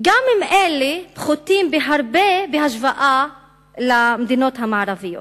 גם אם אלה חוטאים בהרבה בהשוואה למדינות מערביות.